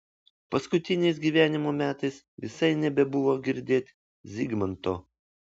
paskutiniais gyvenimo metais visai nebebuvo girdėt zigmanto